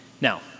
Now